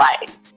life